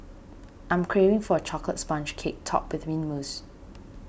I am craving for a Chocolate Sponge Cake Topped with Mint Mousse